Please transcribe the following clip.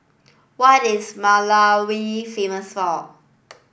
what is Malawi famous for